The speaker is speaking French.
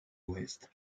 ouest